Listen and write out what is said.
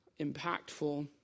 impactful